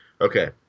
Okay